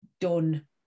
done